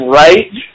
right